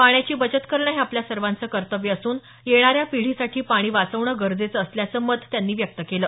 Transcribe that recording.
पाण्याची बचत करणं हे आपल्या सर्वांचं कर्तव्य असून येणाऱ्या पिढीसाठी पाणी वाचवणं गरजेचं असल्याचं मत त्यांनी व्यक्त केलं